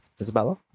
Isabella